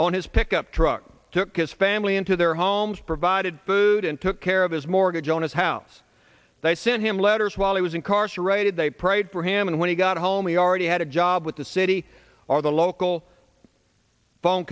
on his pickup truck took his family into their homes provided food and took care of his mortgage on his house they sent him letters while he was incarcerated they prayed for him and when he got home he already had a job with the city or the local phone